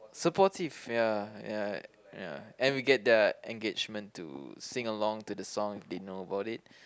supportive ya ya ya and we get the engagement to sing along to the song they know about it